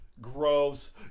Gross